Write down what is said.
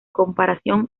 comparación